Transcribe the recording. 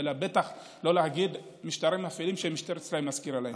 ובטח לא להגיד שמשטרת ישראל מזכירה משטרים אפלים.